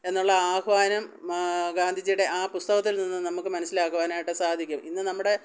എന്നുള്ള ആഹ്വാനം ഗാന്ധിജിയുടെ ആ പുസ്തകത്തിൽ നിന്നും നമുക്ക് മനസ്സിലാക്കുവാനായിട്ട് സാധിക്കും ഇന്ന് നമ്മുടെ